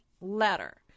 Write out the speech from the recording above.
letter